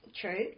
true